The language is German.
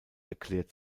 erklärt